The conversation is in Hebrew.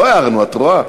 לא הערנו, את רואה?